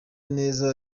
neza